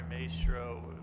Maestro